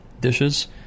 dishes